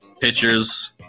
pictures